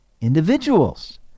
individuals